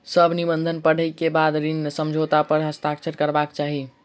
सभ निबंधन पढ़ै के बाद ऋण समझौता पर हस्ताक्षर करबाक चाही